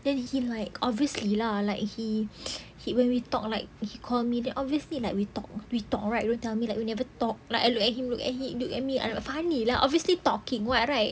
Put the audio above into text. then he like obviously lah like he when we talk like he call me then obviously like we talk we talk right don't tell me like we never talk like I look at him look at me look at me ah lah funny lah obviously talking [what] right